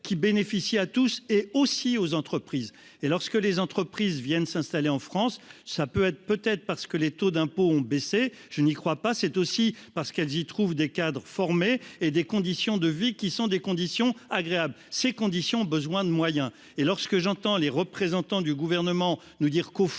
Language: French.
qui bénéficie à tous et aussi aux entreprises, et lorsque les entreprises viennent s'installer en France, ça peut être, peut être parce que les taux d'impôt ont baissé, je n'y crois pas, c'est aussi parce qu'elles y trouvent des cadres formés et des conditions de vie qui sont des conditions agréables, ces conditions ont besoin de moyens et lorsque j'entends les représentants du gouvernement, nous dire qu'au fond,